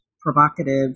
provocative